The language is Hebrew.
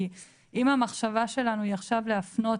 כי אם המחשבה שלנו היא עכשיו להפנות